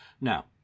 Now